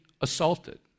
assaulted